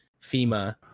FEMA